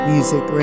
Music